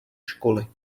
školy